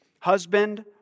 Husband